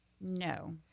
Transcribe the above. no